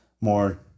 more